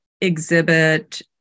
exhibit